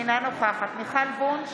אינה נוכחת מיכל וונש,